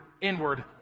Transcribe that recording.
inward